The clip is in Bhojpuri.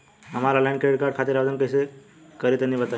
हम आनलाइन क्रेडिट कार्ड खातिर आवेदन कइसे करि तनि बताई?